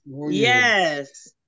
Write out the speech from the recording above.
Yes